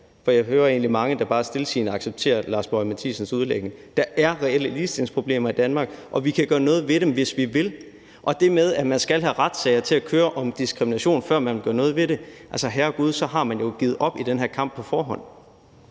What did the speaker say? for jeg hører egentlig mange, der bare stiltiende accepterer hr. Lars Boje Mathiesens udlægning, at der er reelle ligestillingsproblemer i Danmark. Vi kan gøre noget ved dem, hvis vi vil. Og til det med, at der skal være retssager om diskrimination, før man vil gøre noget ved det: Herregud, så har man jo på forhånd givet op i den her kamp. Kl.